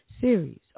series